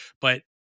but-